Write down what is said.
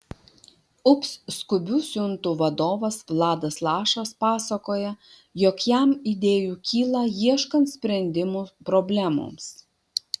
ups skubių siuntų vadovas vladas lašas pasakoja jog jam idėjų kyla ieškant sprendimų problemoms